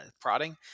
prodding